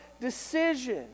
decision